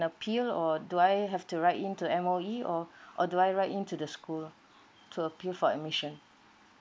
appeal or do I have to write in to M_O_E or or do I write in to the school to appeal for admission